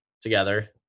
together